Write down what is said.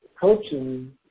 coaching